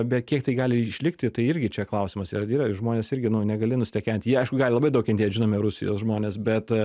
bet kiek tai gali išlikti tai irgi čia klausimas yra gi žmonės irgi nu negali nustekent jie aišku gali labai daug kentėt žinomi rusijos žmonės bet